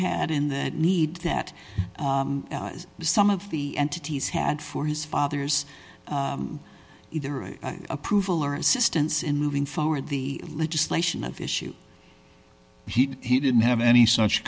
had in that need that some of the entities had for his father's either approval or assistance in moving forward the legislation of issue he didn't have any such